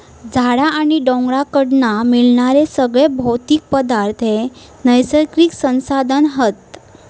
झाडा आणि ढोरांकडना मिळणारे सगळे भौतिक पदार्थ हे नैसर्गिक संसाधन हत